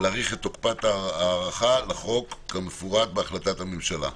להאריך את תקופת ההארכה לחוק כמפורט בהחלטת הממשלה.